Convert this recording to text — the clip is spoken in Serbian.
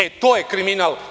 E to je kriminal.